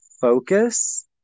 focus